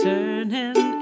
Turning